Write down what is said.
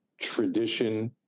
tradition